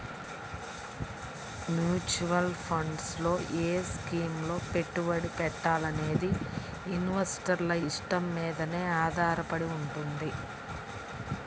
mutual funds లో ఏ స్కీముల్లో పెట్టుబడి పెట్టాలనేది ఇన్వెస్టర్ల ఇష్టం మీదనే ఆధారపడి వుంటది